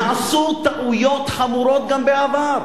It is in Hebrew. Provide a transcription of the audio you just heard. נעשו טעויות חמורות גם בעבר.